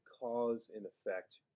cause-and-effect